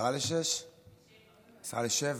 06:50. 06:50?